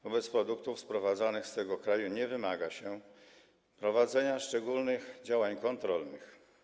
Wobec produktów sprowadzanych z tego kraju nie wymaga się prowadzenia szczególnych działań kontrolnych.